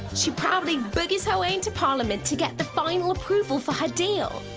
she proudly boogies her way into parliament to get the final approval for her deal.